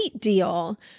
deal